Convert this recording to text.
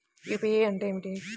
UPI అంటే ఏమిటి?